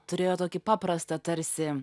turėjo tokį paprastą tarsi